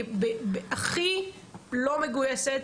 הכי לא מגויסת,